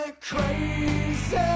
crazy